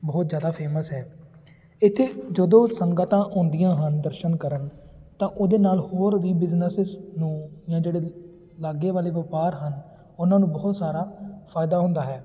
ਬਹੁਤ ਜ਼ਿਆਦਾ ਫੇਮਸ ਹੈ ਇੱਥੇ ਜਦੋਂ ਸੰਗਤਾਂ ਆਉਂਦੀਆਂ ਹਨ ਦਰਸ਼ਨ ਕਰਨ ਤਾਂ ਉਹਦੇ ਨਾਲ ਹੋਰ ਵੀ ਬਿਜ਼ਨਸਿਸ ਨੂੰ ਜਾਂ ਜਿਹੜੇ ਲਾਗੇ ਵਾਲੇ ਵਪਾਰ ਹਨ ਉਹਨਾਂ ਨੂੰ ਬਹੁਤ ਸਾਰਾ ਫਾਇਦਾ ਹੁੰਦਾ ਹੈ